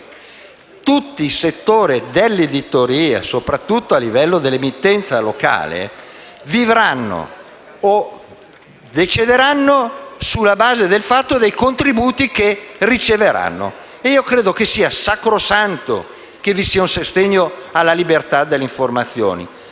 tutti i settori dell'editoria, soprattutto a livello dell'emittenza locale, vivranno o decederanno sulla base dei contributi che riceveranno. Credo sia sacrosanto un sostegno alla libertà dell'informazione.